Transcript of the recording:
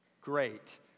great